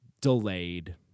delayed